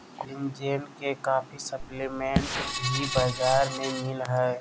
collagen के काफी supplement भी बाजार में मिल हइ